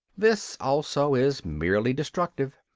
this also is merely destructive.